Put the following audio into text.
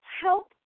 Help